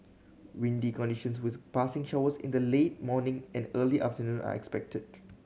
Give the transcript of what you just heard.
windy conditions with passing showers in the late morning and early afternoon are expected